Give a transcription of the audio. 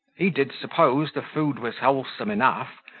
he did suppose the food was wholesome enough,